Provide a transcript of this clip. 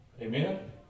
Amen